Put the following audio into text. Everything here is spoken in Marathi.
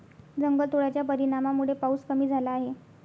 जंगलतोडाच्या परिणामामुळे पाऊस कमी झाला आहे